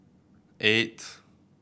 eight